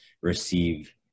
receive